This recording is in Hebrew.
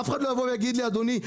אף אחד לא יגיד לי: אדוני,